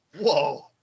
Whoa